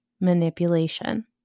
manipulation